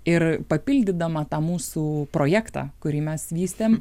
ir papildydama tą mūsų projektą kurį mes vystėm